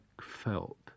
felt